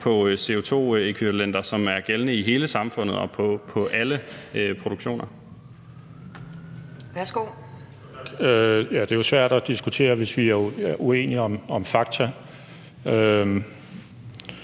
på CO2-ækvivalenter, som er gældende i hele samfundet og på alle produktioner.